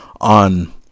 on